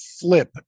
flip